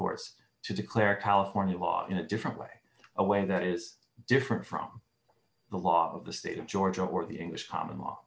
courts to declare california law in a different way a way that is different from the law of the state of georgia or the english common law